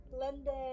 London